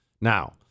Now